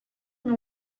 mais